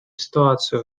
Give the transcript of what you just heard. ситуацию